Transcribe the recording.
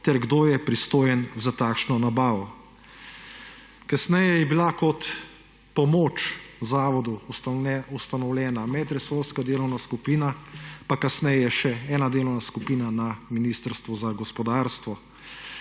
ter kdo je pristojen za takšno nabavo«. Kasneje je bila kot pomoč zavodu ustanovljena medresorska delovna skupina, kasneje pa še ena delovna skupina na Ministrstvu za gospodarstvo.